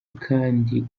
kandi